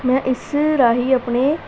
ਮੈਂ ਇਸ ਰਾਹੀਂ ਆਪਣੇ